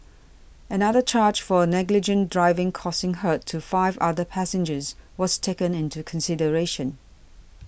another charge for negligent driving causing hurt to five other passengers was taken into consideration